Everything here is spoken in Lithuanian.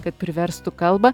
kad priverstų kalbą